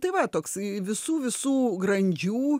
tai va toks į visų visų grandžių